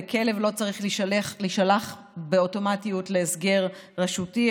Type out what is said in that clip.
וכלב לא צריך להישלח באוטומטיות להסגר רשותי,